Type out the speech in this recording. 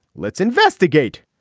let's investigate.